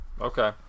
okay